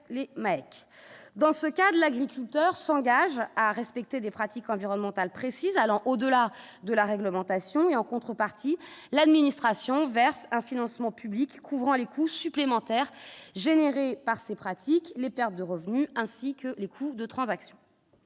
dans ce cas de l'agriculteur s'engage à respecter des pratiques environnementales, précise allant au-delà de la réglementation et en contrepartie, l'administration verse un financement public couvrant les coûts supplémentaires générés par ces pratiques, les pertes de revenus ainsi que les coûts de transaction.